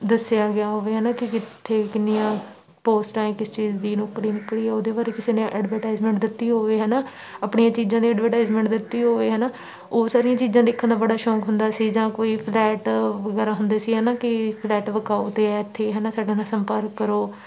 ਦੱਸਿਆ ਗਿਆ ਹੋਵੇ ਹੈ ਨਾ ਕਿ ਕਿੱਥੇ ਕਿੰਨੀਆਂ ਪੋਸਟਾਂ ਕਿਸ ਚੀਜ਼ ਦੀ ਨੂੰ ਉਹਦੇ ਬਾਰੇ ਕਿਸੇ ਨੇ ਐਡਵਰਟਾਈਜਮੈਂਟ ਦਿੱਤੀ ਹੋਵੇ ਹੈ ਨਾ ਆਪਣੀਆਂ ਚੀਜ਼ਾਂ ਦੀ ਐਡਵੋਟਾਈਜਮੈਂਟ ਦਿੱਤੀ ਹੋਵੇ ਹੈ ਨਾ ਉਹ ਸਾਰੀਆਂ ਚੀਜ਼ਾਂ ਦੇਖਣ ਦਾ ਬੜਾ ਸ਼ੌਕ ਹੁੰਦਾ ਸੀ ਜਾਂ ਕੋਈ ਫਲੈਟ ਵਗੈਰਾ ਹੁੰਦੇ ਸੀ ਹੈ ਨਾ ਕਿ ਫਲੈਟ ਵਿਕਾਉ 'ਤੇ ਹੈ ਇੱਥੇ ਹੈ ਨਾ ਸਾਡੇ ਨਾਲ ਸੰਪਰਕ ਕਰੋ